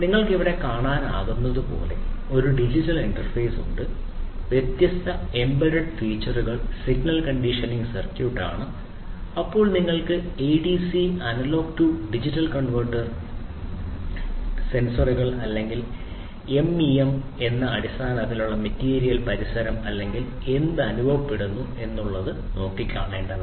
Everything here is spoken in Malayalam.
നിങ്ങൾക്ക് ഇവിടെ കാണാനാകുന്നതുപോലെ ഒരു ഡിജിറ്റൽ ഇന്റർഫേസ് എന്നിവ യഥാർത്ഥത്തിൽ മെറ്റീരിയൽ പരിസരം അല്ലെങ്കിൽ എന്തും അനുഭവപ്പെടുന്നു അനുഭവിക്കേണ്ടതാണ്